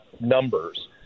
numbers